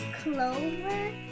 Clover